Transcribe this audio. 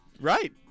right